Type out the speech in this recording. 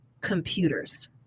computers